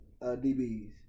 DBs